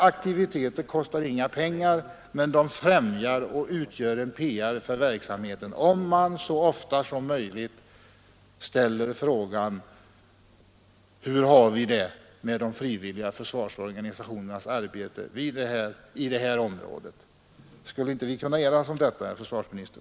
Det kostar inga pengar, men det främjar verksamheten och utgör en PR för den, om man så ofta som möjligt ställer frågan: ”Hur har vi det med de frivilliga försvarsorganisationernas arbete i detta område?” Skulle vi inte kunna enas härom, herr försvarsminister?